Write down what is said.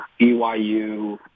BYU